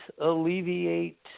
alleviate